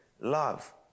love